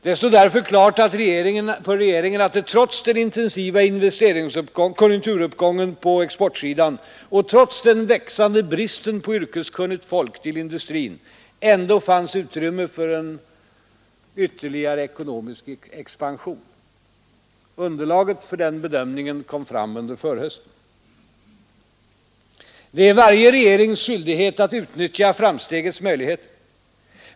Det stod därför klart för regeringen att det trots den intensiva konjunkturuppgången på exportsidan och trots den växande bristen på yrkeskunnigt folk till industrin ändå fanns ett utrymme för ytterligare ekonomisk expansion. Underlaget för denna bedömning kom fram under förhösten. Det är varje regerings skyldighet att utnyttja framstegets möjligheter.